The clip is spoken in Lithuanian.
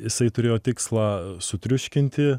jisai turėjo tikslą sutriuškinti